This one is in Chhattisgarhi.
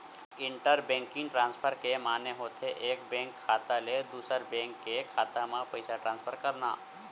इंटर बेंकिंग ट्रांसफर के माने होथे एक बेंक खाता ले दूसर बेंक के खाता म पइसा ट्रांसफर करना